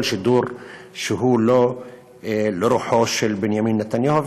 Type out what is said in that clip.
שידור שהוא לא לרוחו של בנימין נתניהו.